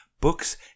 books